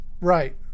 Right